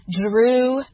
Drew